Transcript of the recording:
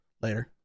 Later